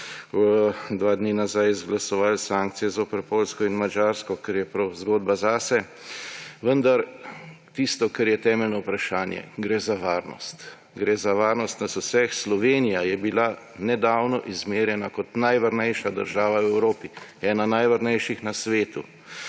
dva dni nazaj izglasovali sankcije zoper Poljsko in Madžarsko, kar je prav zgodba zase. Vendar tisto, kar je temeljno vprašanje – gre za varnost, gre za varnost nas vseh. Slovenija je bila nedavno izmerjena kot najvarnejša država v Evropi, ena najvarnejših na svetu.